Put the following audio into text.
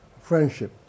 friendship